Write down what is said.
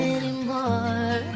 anymore